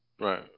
Right